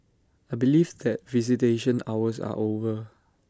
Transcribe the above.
I believe that visitation hours are over